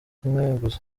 kumweguza